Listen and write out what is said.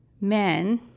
men